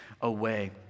away